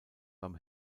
beim